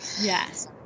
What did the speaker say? Yes